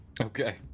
okay